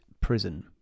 Prison